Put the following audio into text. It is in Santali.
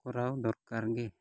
ᱠᱚᱨᱟᱣ ᱫᱚᱨᱠᱟᱨ ᱜᱮ